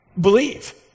believe